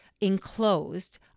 enclosed